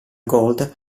gold